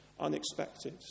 unexpected